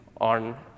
on